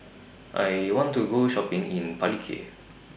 I want to Go Shopping in Palikir